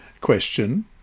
Question